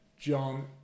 John